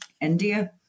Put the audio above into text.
India